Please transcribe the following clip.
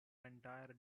entire